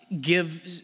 give